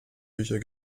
bücher